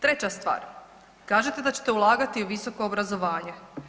Treća stvar, kažete da ćete ulagati u visoko obrazovanje.